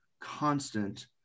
constant